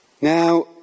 Now